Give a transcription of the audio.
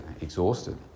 exhausted